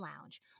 Lounge